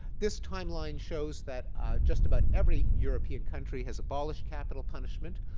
this time line shows that just about every european country has abolished capital punishment.